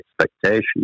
expectations